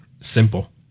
Simple